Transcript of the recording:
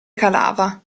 calava